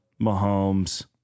Mahomes